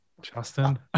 Justin